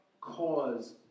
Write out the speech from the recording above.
cause